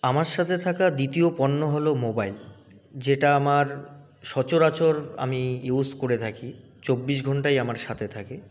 আমার সাথে থাকা দ্বিতীয় পণ্য হল মোবাইল যেটা আমার সচরাচর আমি ইউজ করে থাকি চব্বিশ ঘণ্টাই আমার সাথে থাকে